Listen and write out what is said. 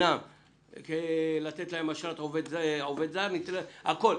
לתת אשרת עובד זר ניתן הכול.